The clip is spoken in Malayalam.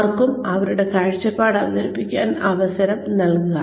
അവർക്കും അവരുടെ കാഴ്ചപ്പാട് അവതരിപ്പിക്കാൻ അവസരം നൽകുക